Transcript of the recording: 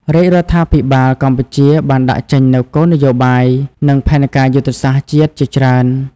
រាជរដ្ឋាភិបាលកម្ពុជាបានដាក់ចេញនូវគោលនយោបាយ និងផែនការយុទ្ធសាស្ត្រជាតិជាច្រើន។